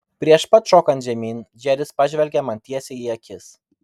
prieš pat šokant žemyn džeris pažvelgė man tiesiai į akis